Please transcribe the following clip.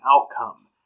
outcome